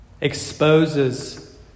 exposes